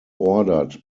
ordered